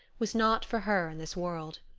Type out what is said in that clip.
was not for her in this world.